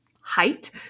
height